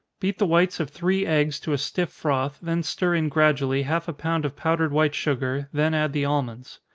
beat the whites of three eggs to a stiff froth, then stir in gradually half a pound of powdered white sugar, then add the almonds.